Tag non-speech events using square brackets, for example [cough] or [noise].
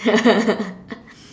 [laughs]